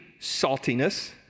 saltiness